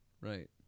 right